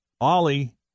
Ollie